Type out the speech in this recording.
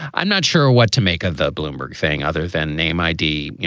i'm not sure what to make of the bloomberg thing other than name i d. you